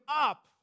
up